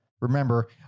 remember